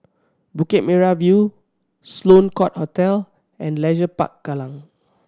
Bukit Merah View Sloane Court Hotel and Leisure Park Kallang